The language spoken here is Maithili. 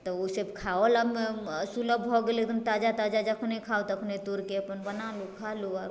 तऽ ओसब खाइओमे सुलभ भऽ गेलै एकदम ताजा ताजा जखन खाउ तखने तोड़िकऽ अपन बनेलहुँ खइलहुँ